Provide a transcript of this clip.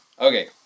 Okay